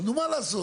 נו מה לעשות.